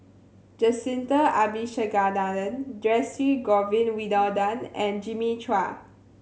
Jacintha Abisheganaden Dhershini Govin Winodan and Jimmy Chua